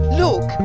look